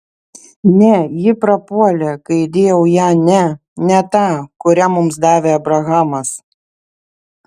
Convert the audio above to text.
ne ji prapuolė kai įdėjau ją ne ne tą kurią mums davė abrahamas